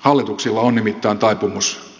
hallituksilla on nimittäin taipumus